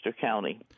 County